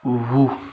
وُہ